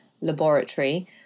laboratory